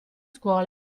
scuole